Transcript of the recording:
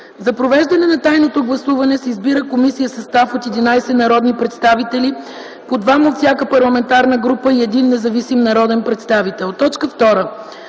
За провеждане на тайното гласуване се избира комисия в състав от 11 народни представители – по двама от всяка парламентарна група и 1 независим народен представител.